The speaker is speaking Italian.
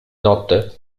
notte